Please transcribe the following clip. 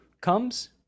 comes